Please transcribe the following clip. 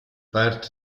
parte